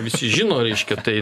visi žino reiškia tai